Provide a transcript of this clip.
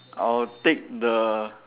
I'll take the